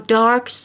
dark